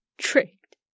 tricked